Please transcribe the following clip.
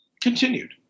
continued